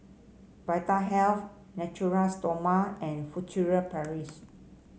Vitahealth Natura Stoma and Furtere Paris